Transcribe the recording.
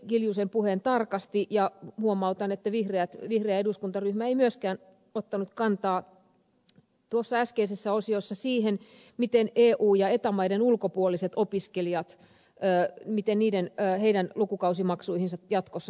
kiljusen puheen tarkasti ja huomautan että vihreä eduskuntaryhmä ei myöskään ottanut kantaa äskeisessä osiossa siihen miten eu ja eta maiden ulkopuolisten opiskelijoiden lukukausimaksuihin jatkossa suhtaudutaan